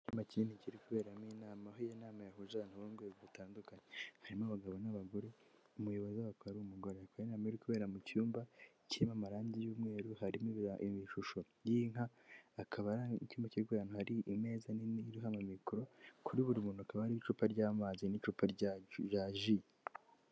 Icyumba kinini kiri kuberamo inama, aho iyi nama yahuje abantu bo mu nzego zitandukanye. Harimo abagabo n'abagore, umuyobozi wabo akaba ari umugore. Ikaba ari inama iri kubera mu cyumba kirimo amarangie y'umweru, harimo ishusho y'inka. Akaba ari icyumba kirimo imeza nini iriho mikoro, kuri buri muntu hakaba hari icupa ry'amazi n'icupa rya ji.